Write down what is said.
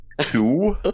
two